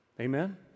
Amen